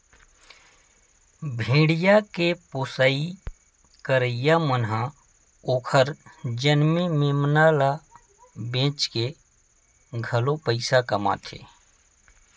भेड़िया के पोसई करइया मन ह ओखर जनमे मेमना ल बेचके घलो पइसा कमाथे